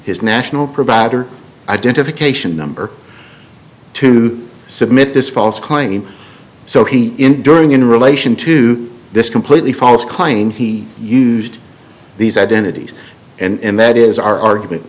his national provider identification number to submit this false claim so he enduring in relation to this completely false claim he used these identities and that is our